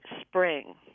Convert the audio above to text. spring